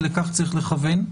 ולכך צריך לכוון.